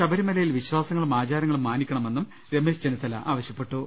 ശബരിമലയിൽ വിശ്വാസങ്ങളും ആചാരങ്ങളും മാനി ക്കണമെന്നും രമേശ് ചെന്നിത്തല ആവശ്യപ്പെട്ടു